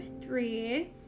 three